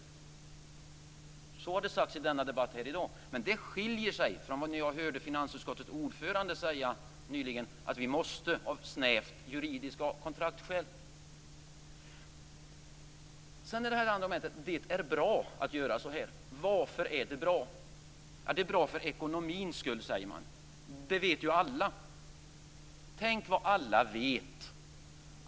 Så har det sagts i debatten här i dag. Detta skiljer sig dock från det som jag hörde finansutskottets ordförande säga nyligen, nämligen att vi måste, av snävt juridiska skäl och av kontraktsskäl. Sedan gäller det argumentet att det är bra att göra så här. Varför är det bra? Det är bra för ekonomins skull, säger man - det vet ju alla. Tänk så mycket alla vet!